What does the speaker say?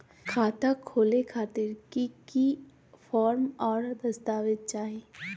खाता खोले खातिर की की फॉर्म और दस्तावेज चाही?